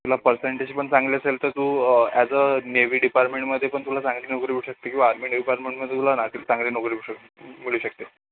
तुला पर्सेंटेज पण चांगले असेल तर तू ॲज अ नेव्ही डिपार्टमेंटमध्ये पण तुला चांगली नोकरी भेटू शकते किंवा आर्मी डिपार्टमेंटमध्ये तुला चांगली नोकरी भेटू शक मिळू शकते